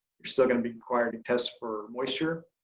you're still gonna be required to test for moisture